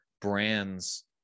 brands